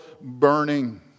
burning